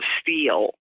steel